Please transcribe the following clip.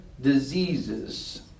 diseases